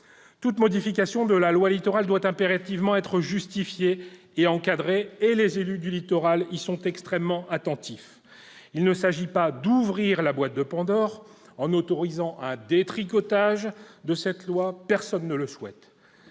Toute modification de la loi Littoral doit être impérativement justifiée et encadrée, et les élus du littoral y sont extrêmement attentifs. Il ne s'agit pas « d'ouvrir la boîte de Pandore » en autorisant un « détricotage » de cette loi ; personne ne le souhaite.